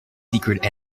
secret